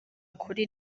kuri